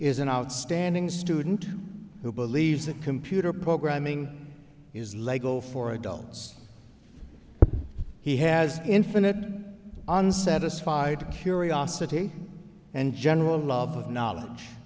is an outstanding student who believes that computer programming is lego for adults he has infinite unsatisfied curiosity and general love of knowledge